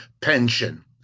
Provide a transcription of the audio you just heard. pension